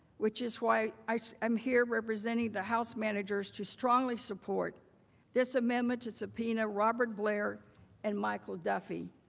which is why i am here representing the house managers to strongly support this amendment to subpoena robert blair and michael duffey.